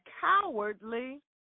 cowardly